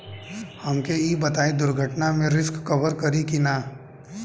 हमके ई बताईं दुर्घटना में रिस्क कभर करी कि ना?